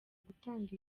gutanga